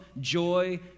joy